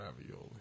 ravioli